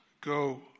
go